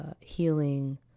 healing